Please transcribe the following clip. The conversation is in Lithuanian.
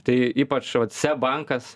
tai ypač vat seb bankas